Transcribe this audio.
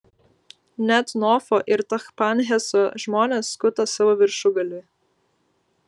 net nofo ir tachpanheso žmonės skuta savo viršugalvį